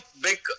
big